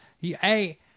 Hey